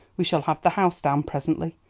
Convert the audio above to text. we shall have the house down presently.